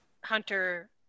Hunter